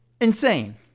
Insane